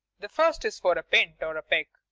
the first is for a pint or a peck,